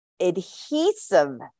adhesive